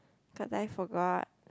totally forgot